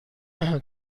این